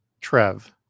trev